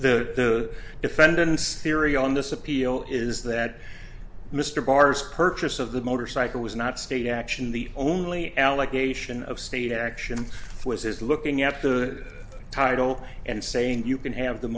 the defendant's theory on this appeal is that mr barr's purchase of the motorcycle was not state action the only allegation of state action was his looking at the title and saying you can have the